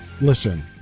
listen